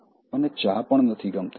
મને ચા પણ ગમતી નથી